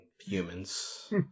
humans